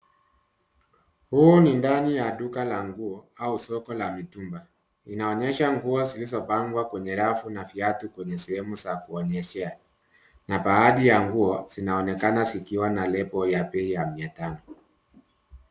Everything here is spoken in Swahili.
Hii ni ndani ya duka la nguo au soko la mitumba. Inaonyesha nguo zilizopangwa kwenye rafu na viatu kwenye sehemu za kuonyeshea. Na baadhi ya nguo, zinaonekana zikiwa na lebo ya bei ya mia tano.